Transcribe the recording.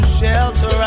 shelter